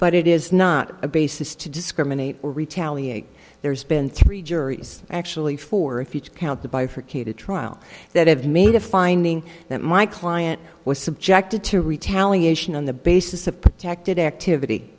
but it is not a basis to discriminate or retaliate there's been three juries actually four if you count the bifurcated trial that have made a finding that my client was subjected to retaliation on the basis of protected activity